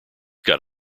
got